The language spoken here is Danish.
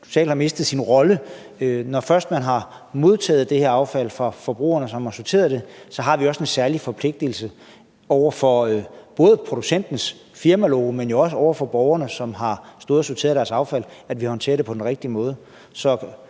har mistet sin rolle. Når først man har modtaget det her affald fra forbrugerne, som har sorteret det, har vi også en særlig forpligtigelse over for både producentens firmalogo, men jo også over for borgerne, som har stået og sorteret deres affald, til at håndtere det på den rigtige måde.